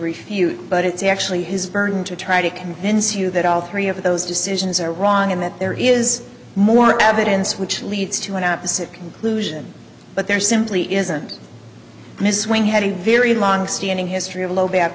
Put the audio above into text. refute but it's actually his burden to try to convince you that all three of those decisions are wrong and that there is more evidence which leads to an opposite conclusion but there simply isn't this when he had a very longstanding history of low back